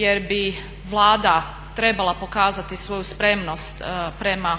jer bi Vlada trebala pokazati svoju spremnost prema